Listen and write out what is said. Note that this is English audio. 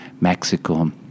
Mexico